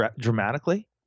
dramatically